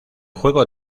juego